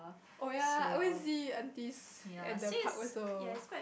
oh ya I always see aunties at the park also